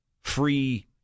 free